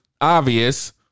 obvious